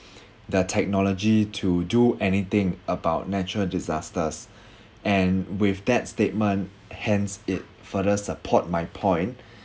the technology to do anything about natural disasters and with that statement hence it further support my point